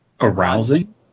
arousing